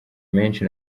menshi